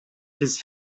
his